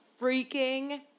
freaking